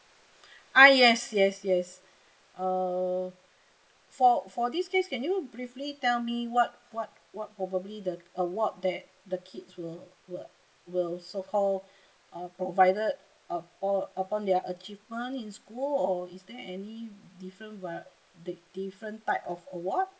ah yes yes yes err for for this case can you briefly tell me what what what probably the award that the kids will will will so call uh provided uh or upon their achievement in school or is there any different varie~ the different type of award